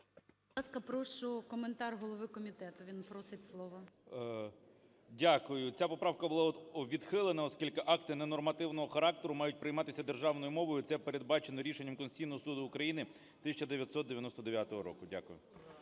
Будь ласка, прошу коментар голови комітету, він просить слова. 16:44:07 КНЯЖИЦЬКИЙ М.Л. Дякую. Ця поправка була відхилена, оскільки акти ненормативного характеру мають прийматися державною мовою, це передбачено рішенням Конституційного Суду України 1999 року. Дякую.